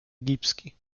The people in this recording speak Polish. egipski